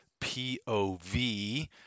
pov